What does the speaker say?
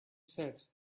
said